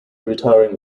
retiring